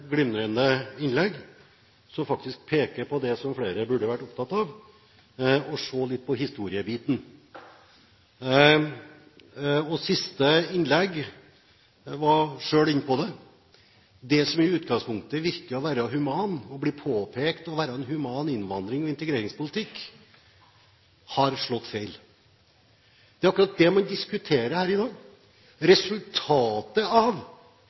glimrende innlegg, som faktisk peker på det som flere burde vært opptatt av: å se litt på historiebiten. I siste innlegg var man inne på det. Det som i utgangspunktet virker å være humant, det som blir påpekt å være en human innvandrings- og integreringspolitikk, har slått feil. Det er akkurat det man diskuterer her i dag: resultatet av